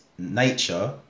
nature